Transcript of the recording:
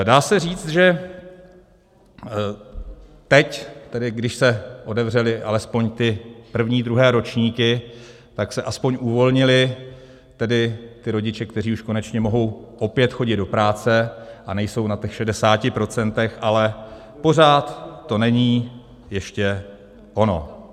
Dá se říct, že teď tedy, když se otevřely alespoň první, druhé ročníky, tak se aspoň uvolnili tedy ti rodiče, kteří už konečně mohou opět chodit do práce a nejsou na těch 60 procentech, ale pořád to není ještě ono.